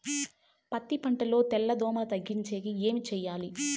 పత్తి పంటలో తెల్ల దోమల తగ్గించేకి ఏమి చేయాలి?